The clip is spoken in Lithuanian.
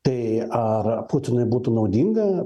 tai ar putinui būtų naudinga